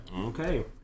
Okay